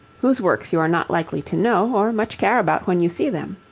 whose works you are not likely to know, or much care about when you see them.